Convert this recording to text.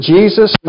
Jesus